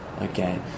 Okay